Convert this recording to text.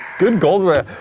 good goldsworth.